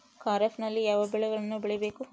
ಖಾರೇಫ್ ನಲ್ಲಿ ಯಾವ ಬೆಳೆಗಳನ್ನು ಬೆಳಿಬೇಕು?